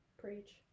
Preach